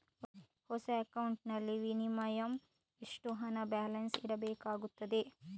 ಹೊಸ ಅಕೌಂಟ್ ನಲ್ಲಿ ಮಿನಿಮಂ ಎಷ್ಟು ಹಣ ಬ್ಯಾಲೆನ್ಸ್ ಇಡಬೇಕಾಗುತ್ತದೆ?